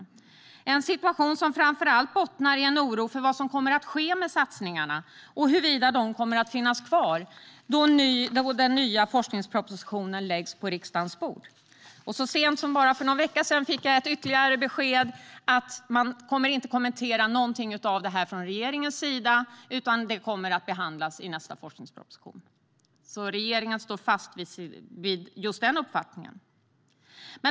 Det är en situation som framför allt bottnar i en oro för vad som kommer att ske med satsningarna och huruvida de kommer att finnas kvar då den nya forskningspropositionen läggs på riksdagens bord. Så sent som för bara en vecka sedan fick jag ytterligare ett besked: Regeringen kommer inte att kommentera något av detta, utan det kommer att behandlas i nästa forskningsproposition. Regeringen står alltså fast vid just den uppfattningen.